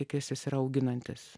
tikiuos jis yra auginantis